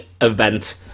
event